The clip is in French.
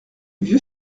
vieux